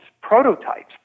prototypes